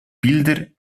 bilder